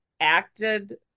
acted